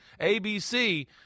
ABC